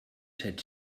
set